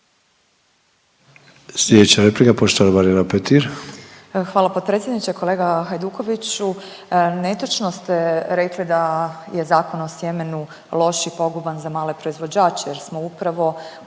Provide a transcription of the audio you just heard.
Marijana Petir. **Petir, Marijana (Nezavisni)** Hvala potpredsjedniče, kolega Hajdukoviću. Netočno ste rekli da je Zakon o sjemenu loš i poguban za male proizvođače jer smo upravo